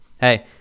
hey